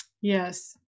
Yes